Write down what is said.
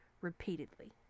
repeatedly